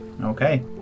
Okay